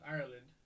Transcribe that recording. Ireland